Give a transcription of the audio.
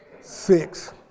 Six